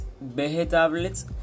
vegetables